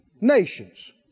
nations